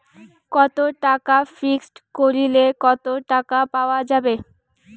কত টাকা ফিক্সড করিলে কত টাকা পাওয়া যাবে?